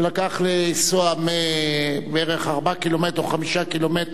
ולנסוע בערך 5-4 ק"מ,